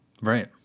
right